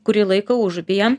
kurį laiką užupyje